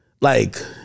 like-